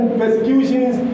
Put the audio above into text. persecutions